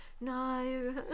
no